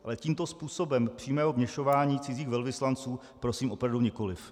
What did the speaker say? Ale tímto způsobem přímého vměšování cizích velvyslanců prosím opravdu nikoliv.